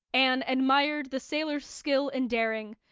and admired the sailor's skill and daring.